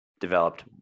developed